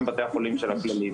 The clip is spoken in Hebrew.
גם בתי החולים של הכללית,